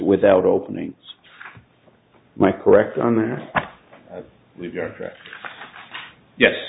without opening my correct on their yes